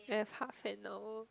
they have half an hour